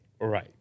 Right